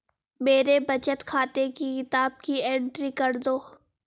मेरे बचत खाते की किताब की एंट्री कर दो?